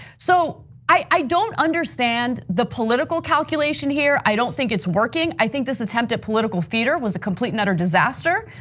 so i don't understand the political calculation here, i don't think it's working. i think this attempt at political theater was a complete nutter disaster.